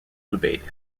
debate